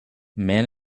man